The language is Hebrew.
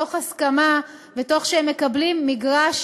תוך הסכמה ותוך שהם מקבלים מגרש